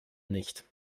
nicht